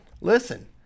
Listen